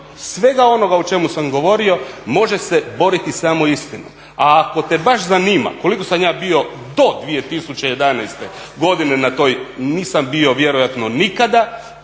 svega onoga o čemu sam govorio može se boriti samo istinom. A ako te baš zanima koliko sam ja bio do 2011. godine na toj nisam bio vjerojatno nikada,